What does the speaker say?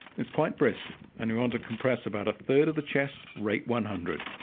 it's quite brisk, and you want to compress about a third of the chest, rate one hundred.